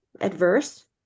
adverse